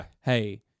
hey